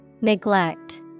Neglect